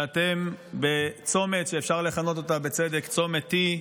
ואתם בצומת שאפשר לכנות אותו בצדק צומת T,